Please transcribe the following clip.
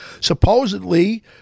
supposedly